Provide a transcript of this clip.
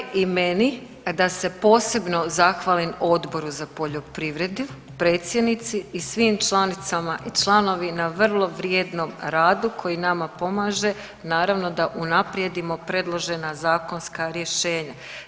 Za kraj je i meni da se posebno zahvalim Odboru za poljoprivredu, predsjednici i svim članicama i članovima na vrlo vrijednom radu koji nama pomaže naravno da unaprijedimo predložena zakonska rješenja.